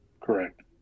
Correct